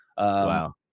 Wow